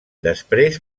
després